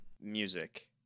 music